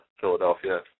Philadelphia